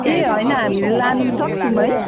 ए होइन हामीले लानुसक्छौँ है